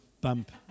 bump